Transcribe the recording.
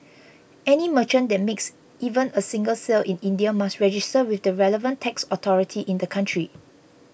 any merchant that makes even a single sale in India must register with the relevant tax authority in the country